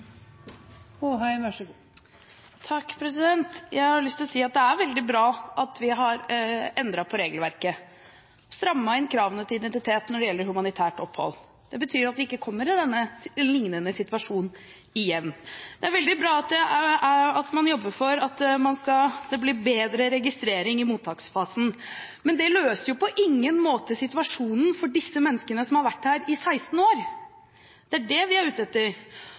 veldig bra at vi har endret på regelverket og strammet inn kravene til identitet når det gjelder humanitært opphold. Det betyr at vi ikke kommer i en lignende situasjon igjen. Det er veldig bra at man jobber for at det skal bli bedre registrering i mottaksfasen, men det løser jo på ingen måte situasjonen for disse menneskene som har vært her i 16 år. Det er det vi er ute etter. Og jeg er enig med representanten Toskedal som påpekte i